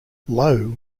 low